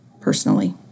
personally